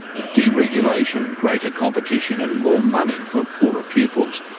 with deregulation, greater competition and more money for poorer pupils.